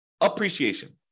appreciation